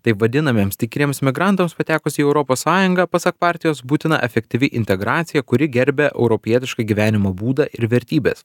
taip vadinamiems tikriems migrantams patekus į europos sąjungą pasak partijos būtina efektyvi integracija kuri gerbia europietišką gyvenimo būdą ir vertybes